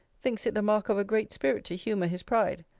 thinks it the mark of a great spirit to humour his pride,